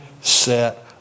set